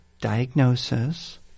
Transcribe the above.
diagnosis